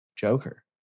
Joker